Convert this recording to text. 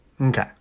Okay